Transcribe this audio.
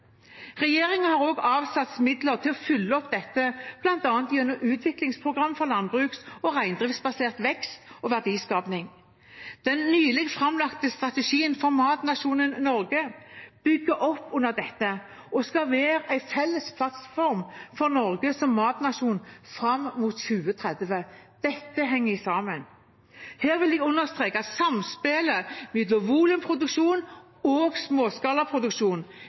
har også avsatt midler til å følge opp dette, bl.a. gjennom utviklingsprogrammet for landbruks- og reindriftsbasert vekst og verdiskaping. Den nylig framlagte strategien for Matnasjonen Norge bygger opp under dette og skal være en felles plattform for Norge som matnasjon fram mot 2030. Dette henger sammen. Her vil jeg understreke samspillet mellom volumproduksjon og småskalaproduksjon,